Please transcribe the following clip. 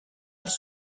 als